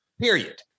period